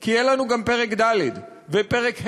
כי יהיו לנו גם פרק ד' ופרק ה'.